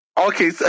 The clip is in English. Okay